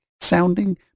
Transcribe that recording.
sounding